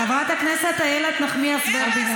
חברת הכנסת איילת נחמיאס ורבין,